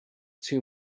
too